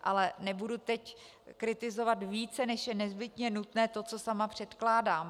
Ale nebudu teď kritizovat více, než je nezbytně nutné, to, co sama předkládám.